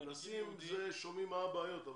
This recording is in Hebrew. בכנסים שומעים מה הבעיות.